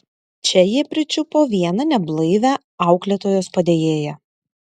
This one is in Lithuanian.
čia jie pričiupo vieną neblaivią auklėtojos padėjėją